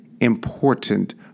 important